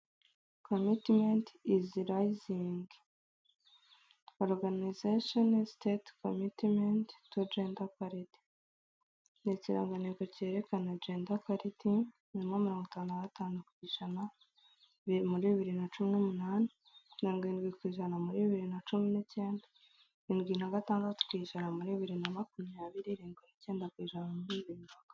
Commitment is Rising, Organization State commitment to Gender Equality. Ni ikirangantego kerekana Gender Equality, irimo mirongo itanu na gatanu ku ijana muri bibiri na cumi n'umunani, mirongo irindwi ku ijana muri bibiri na cumi n'ikenda, rindwi na gatandatu ku ijana muri bibiri na makumyabiri , rindwi n'ikenda ku ijana muri bibiri na makumya...